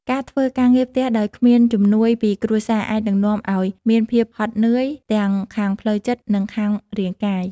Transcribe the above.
ការធ្វើការងារផ្ទះដោយគ្មានជំនួយពីគ្រួសារអាចនឹងនាំឱ្យមានភាពហត់នឿយ ទាំងខាងផ្លូវចិត្ត និងខាងរាងកាយ។